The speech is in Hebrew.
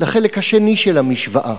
לחלק השני של המשוואה: